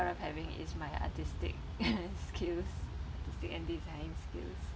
proud of having is my artistic skills artistic and design skills